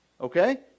Okay